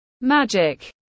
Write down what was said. Magic